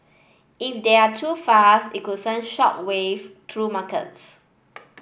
if they're too fast it could send shock wave through markets